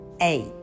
eight